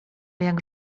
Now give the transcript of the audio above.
jak